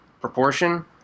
proportion